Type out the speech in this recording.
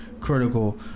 critical